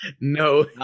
No